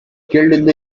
killed